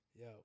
Yo